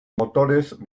motores